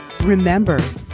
Remember